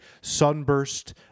sunburst